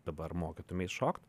dabar mokytumeis šokt